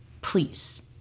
please